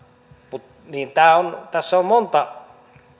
tässä sopimuksessa on monta